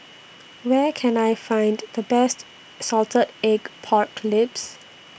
Where Can I Find The Best Salted Egg Pork Ribs